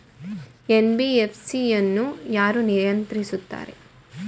NBFC ಅನ್ನು ಯಾರು ನಿಯಂತ್ರಿಸುತ್ತಾರೆ?